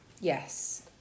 Yes